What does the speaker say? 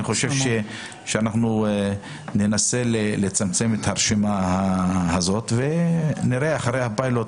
אני חושב שאנחנו ננסה לצמצם את הרשימה הזאת ונראה אחרי הפיילוט